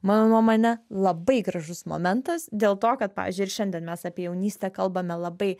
mano nuomone labai gražus momentas dėl to kad pavyzdžiui ir šiandien mes apie jaunystę kalbame labai